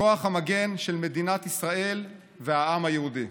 כוח המגן של מדינת ישראל והעם היהודי.